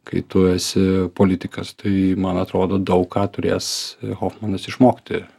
kai tu esi politikas tai man atrodo daug ką turės hofmanas išmokti